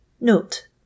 note